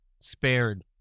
spared